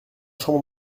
chambre